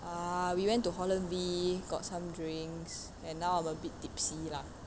uh we went to holland V got some drinks and now I'm a bit tipsy lah